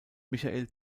michael